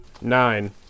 Nine